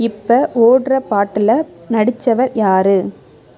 இப்போது ஓடுற பாட்டில் நடித்தவர் யார்